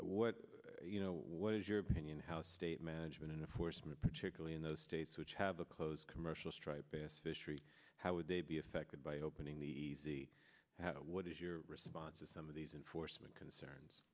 what you know what is your opinion how state management in the forstmann particularly in those states which have a close commercial striped bass fishery how would they be affected by opening the easy what is your response to some of these enforcement concerns